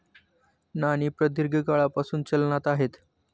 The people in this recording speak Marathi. नाणी प्रदीर्घ काळापासून चलनात आहेत